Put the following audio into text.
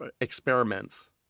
experiments